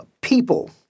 people